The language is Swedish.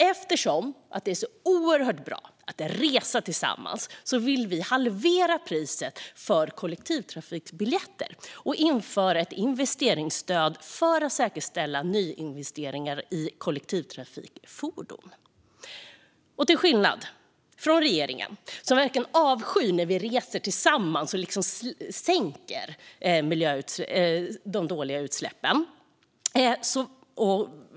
Eftersom det är så oerhört bra att resa tillsammans vill vi också halvera priset för kollektivtrafikbiljetter och införa ett investeringsstöd för att säkerställa nyinvesteringar i kollektivtrafikfordon. Regeringen verkar verkligen avsky när vi reser tillsammans och minskar de dåliga utsläppen.